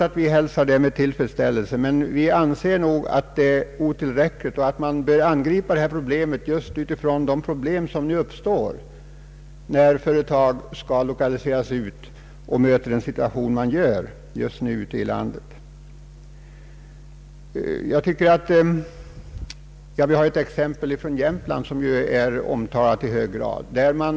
Vi hälsar självfallet detta med tillfredsställelse, men vi anser att åtgärderna är otillräckliga och att problemet bör angripas med hänsyn till den situation vi just nu möter när företag skall lokaliseras. Ett exempel från Jämtland är i hög grad omtalat.